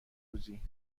روزی